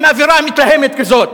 עם אווירה מתלהמת כזאת.